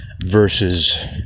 versus